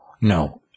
no